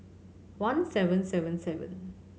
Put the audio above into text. one seven seven seven